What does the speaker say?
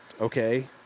Okay